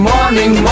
Morning